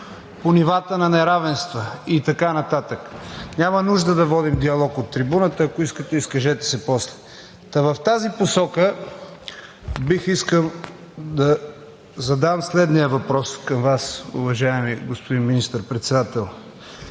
от народния представител Тома Биков.) Няма нужда да водим диалог от трибуната. Ако искате, изкажете се после. В тази посока бих искал да задам следния въпрос към Вас, уважаеми господин Министър-председател.